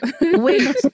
Wait